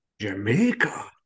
Jamaica